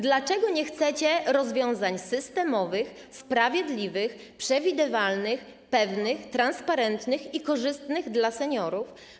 Dlaczego nie chcecie rozwiązań systemowych, sprawiedliwych, przewidywalnych, pewnych, transparentnych i korzystnych dla seniorów?